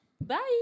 Bye